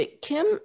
Kim